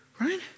Right